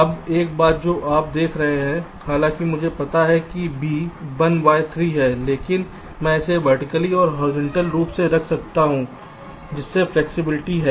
अब एक बात जो आप देख रहे हैं हालाँकि मुझे पता है कि B 1 बय 3 है लेकिन मैं इसे वर्टिकली या हॉरिज़ॉन्टली रूप से रख सकता हूं जिसमें फ्लेक्सिबिलिटी है